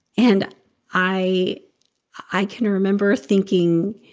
and i i can remember thinking,